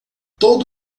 todo